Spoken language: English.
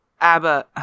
abba